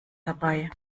dabei